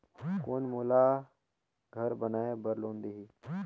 कौन मोला घर बनाय बार लोन देही?